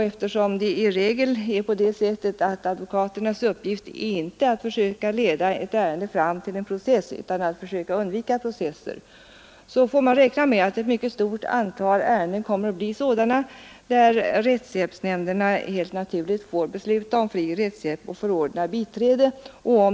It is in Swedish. Eftersom det i regel är på det sättet att advokaternas uppgift inte är att försöka leda ett ärende fram till process utan att försöka undvika processer får man räkna med att ett mycket stort antal ärenden kommer att bli sådana där rättshjälpsnämnderna helt naturligt beslutar om fri rättshjälp och förordnar biträde.